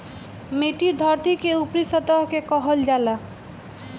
मिट्टी धरती के ऊपरी सतह के कहल जाला